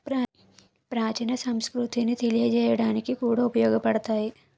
ప్రాచీన సంస్కృతిని తెలియజేయడానికి కూడా ఉపయోగపడతాయి